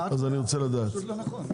זה פשוט לא נכון.